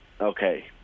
Okay